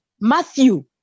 matthew